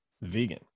vegan